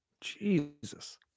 Jesus